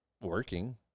working